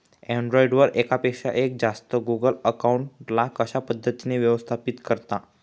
Android वर एकापेक्षा जास्त गुगल अकाउंट ला कशा पद्धतीने व्यवस्थापित करता?